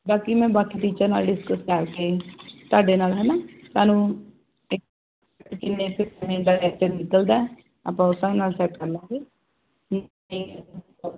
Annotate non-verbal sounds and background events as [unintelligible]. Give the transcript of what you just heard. ਬਾਕੀ ਮੈਂ ਬਾਕੀ ਟੀਚਰ ਨਾਲ ਡਿਸਕਸ ਕਰਕੇ ਤੁਹਾਡੇ ਨਾਲ ਹਨਾ ਤੁਹਾਨੂੰ ਕਿੰਨੇ ਤੋਂ ਕਿੰਨੇ ਦਾ ਲੈਕਚਰ ਨਿਕਲਦਾ ਤਾਂ ਬਹੁਤਾ [unintelligible] ਕਰਲਾਂਗੇ [unintelligible]